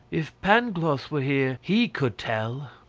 if pangloss were here, he could tell.